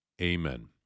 Amen